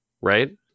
right